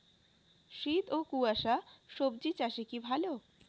শীত ও কুয়াশা স্বজি চাষে কি ভালো?